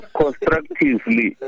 constructively